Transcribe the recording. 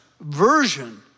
version